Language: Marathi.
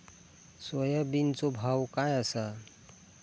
सोयाबीनचो भाव काय आसा?